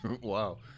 Wow